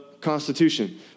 Constitution